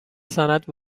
سند